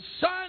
son